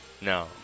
No